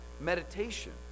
meditation